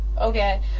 Okay